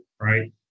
right